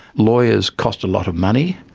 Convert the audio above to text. lawyers cost a lot of money,